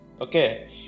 Okay